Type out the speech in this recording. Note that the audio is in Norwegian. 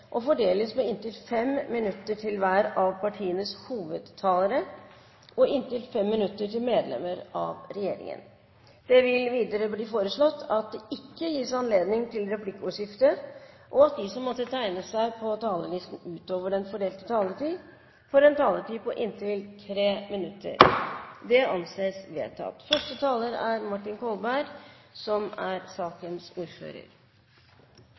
og fordeles med inntil 5 minutter til hver av partienes hovedtalere og inntil 5 minutter til medlemmer av regjeringen. Det blir videre foreslått at det ikke gis anledning til replikkordskifte, og at de som måtte tegne seg på talerlisten utover den fordelte taletid, får en taletid på inntil 3 minutter. – Det anses vedtatt. Det er en kjent sak i den politiske samtalen at det er